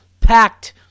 packed